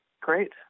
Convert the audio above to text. Great